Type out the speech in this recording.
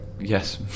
yes